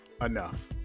enough